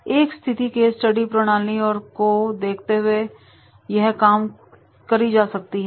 एक स्थिति case study प्रणाली को देखते हुए वे यह काम करते हैं